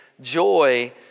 Joy